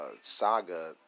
saga